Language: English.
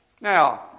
Now